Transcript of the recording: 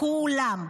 כולם.